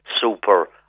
super